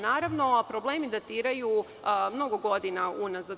Naravno, problemi datiraju mnogo godina unazad.